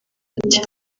ati